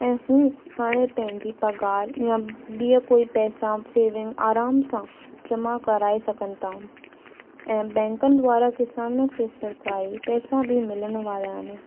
ऐं उहो हाणे पंहिंजी पघारु या ॿिया कोई पैसा सेविंग आराम सां जमा कराए सघनि था ऐं बैंकनि द्वारा किसाननि खे सरकारी पैसा बि मिलण वारा आहिनि